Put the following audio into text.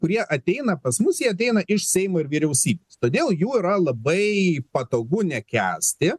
kurie ateina pas mus jie ateina iš seimo ir vyriausybės todėl jų yra labai patogu nekęsti